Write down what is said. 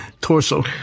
torso